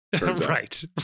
right